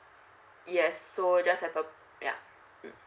yes so just yeuh mm